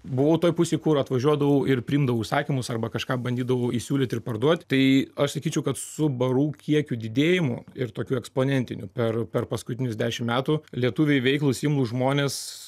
buvau toj pusėj kur atvažiuodavau ir priimdavau užsakymus arba kažką bandydavau įsiūlyt ir parduot tai aš sakyčiau kad su barų kiekių didėjimu ir tokiu eksponentiniu per per paskutinius dešim metų lietuviai veiklūs imlūs žmonės